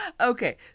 Okay